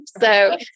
So-